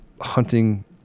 hunting